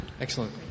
Excellent